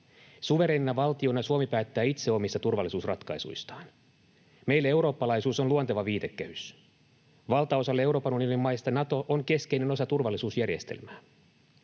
Suvereenina valtiona Suomi päättää itse omista turvallisuusratkaisuistaan. Meille eurooppalaisuus on luonteva viitekehys. Valtaosalle Euroopan unionin maista Nato on keskeinen osa turvallisuusjärjestelmää.